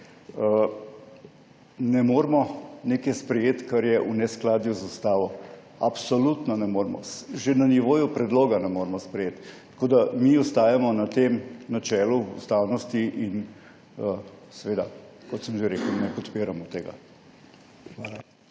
Ne moremo sprejeti nečesa, kar je v neskladju z ustavo, absolutno ne moremo. Že na nivoju predloga ne moremo sprejeti. Tako da mi ostajamo na načelu ustavnosti in seveda, kot sem že rekel, ne podpiramo tega.